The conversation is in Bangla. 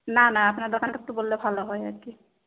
না না আপনার দোকানটা একটু বললে ভালো হয় আর কি